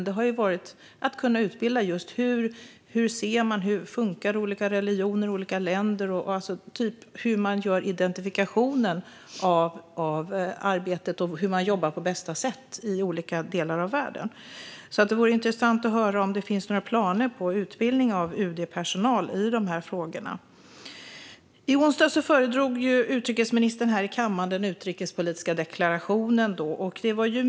Det har handlat om att utbilda personal i hur olika religioner funkar i olika länder och hur man identifierar arbetet och jobbar på bästa sätt i olika delar av världen. Det vore intressant att höra om det finns några planer på utbildning av UD-personal i dessa frågor. I onsdags föredrog utrikesministern den utrikespolitiska deklarationen i kammaren.